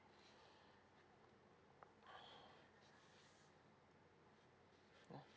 mm